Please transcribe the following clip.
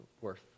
worth